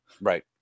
Right